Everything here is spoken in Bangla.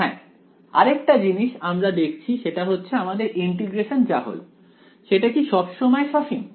হ্যাঁ আরেকটা জিনিস আমরা দেখছি সেটা হচ্ছে আমাদের ইন্টিগ্রেশন যা হল সেটা কি সবসময় সসীম